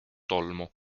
tolmu